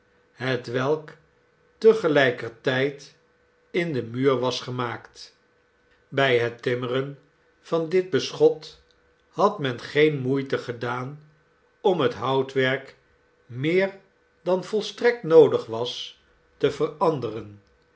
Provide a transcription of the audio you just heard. hewelk te gelijker tijd in den muur was gemaakt bij het timmeren van dit beschot had men geen moeite gedaan om het houtwerk meer dan volstrekt noodig was te veranderen